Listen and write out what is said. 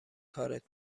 کارت